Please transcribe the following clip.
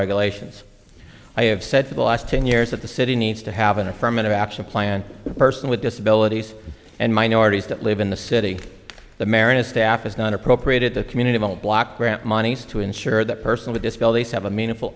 regulations i have said for the last ten years that the city needs to have an affirmative action plan a person with disabilities and minorities that live in the city the merit of staff is not appropriated the community will block grant monies to ensure that person with disabilities have a meaningful